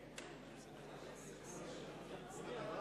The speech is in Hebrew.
58, אין